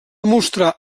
mostrar